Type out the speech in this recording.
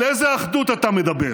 על איזו אחדות אתה מדבר?